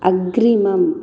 अग्रिमम्